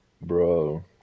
Bro